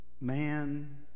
man